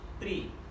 three